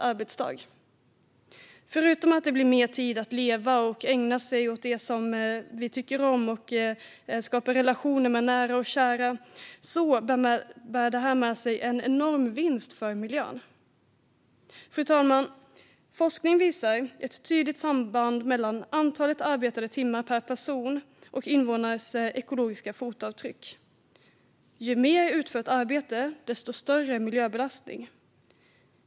Förutom att det blir mer tid att leva och ägna sig åt det som man tycker om och skapa relationer med nära och kära bär det med sig en enorm vinst för miljön. Fru talman! Forskning visar ett tydligt samband mellan antalet arbetade timmar per person och invånarnas ekologiska fotavtryck: Ju mer utfört arbete, desto större miljöbelastning.